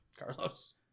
Carlos